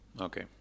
okay